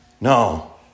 No